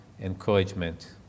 encouragement